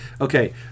Okay